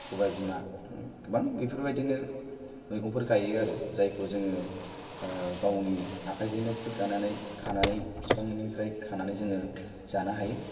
गोबां बेफोर बादिनो मैगं फोर गाययो आरो जायखौ जों ओ गावनि आखायजोंनो खुदगानानै खानानै बिफांनिफ्राय खानानै जोङो जानो हायो